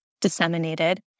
disseminated